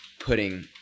putting